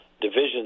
divisions